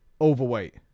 Overweight